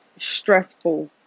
stressful